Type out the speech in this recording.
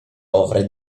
ovra